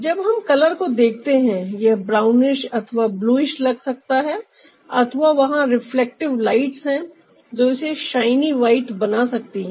जब हम कलर को देखते हैं यह ब्राउनिश अथवा ब्लुइश लग सकता है अथवा वहां रिफ्लेक्टिव लाइट्स है जो इसे शाइनी वाइट बना सकती है